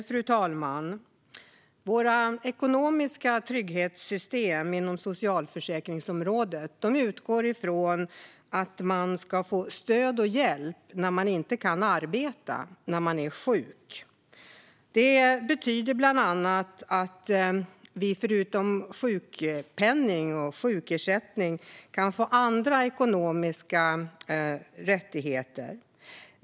Fru talman! Våra ekonomiska trygghetssystem inom socialförsäkringsområdet utgår från att man ska få stöd och hjälp när man är sjuk och inte kan arbeta. Det betyder bland annat att vi förutom sjukpenning och sjukersättning kan få andra ekonomiska rättigheter.